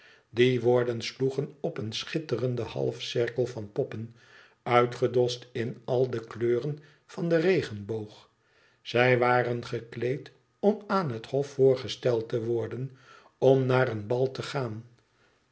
die woorden sloegen op een schitterenden halfcirkel van poppen uitgedost in al de kleuren van den regenboog zij waren gekleed om aan het hof voorgesteld te worden om naar een bal te gaao